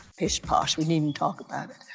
pish-posh, we needn't talk about it.